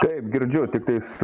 taip girdžiu tiktais